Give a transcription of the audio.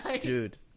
Dude